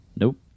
Nope